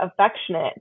affectionate